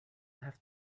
have